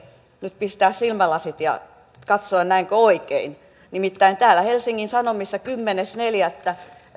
nyt pistää silmälasit ja katsoa näenkö oikein nimittäin helsingin sanomissa kymmenes neljättä